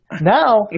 Now